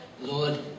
Lord